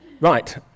Right